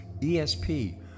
ESP